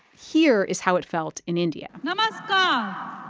here is how it felt in india namaskar. ah